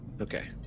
Okay